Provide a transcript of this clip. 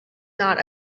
not